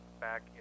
back